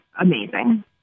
amazing